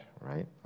right